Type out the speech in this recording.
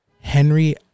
henry